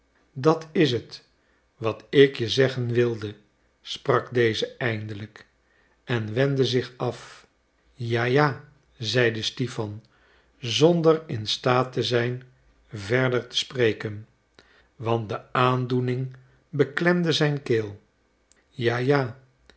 dat is het wat ik je zeggen wilde sprak deze eindelijk en wendde zich af ja ja zeide stipan zonder in staat te zijn verder te spreken want de aandoening beklemde zijn keel ja ja